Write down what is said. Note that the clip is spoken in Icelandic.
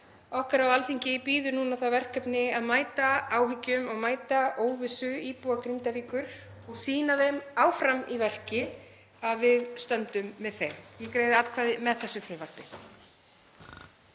Okkar á Alþingi bíður það verkefni að mæta áhyggjum og mæta óvissu íbúa Grindavíkur og sýna þeim áfram í verki að við stöndum með þeim. Ég greiði atkvæði með þessu frumvarpi.